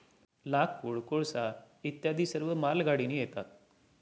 लाकूड, कोळसा इत्यादी सर्व मालगाडीने येतात